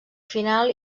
final